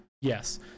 Yes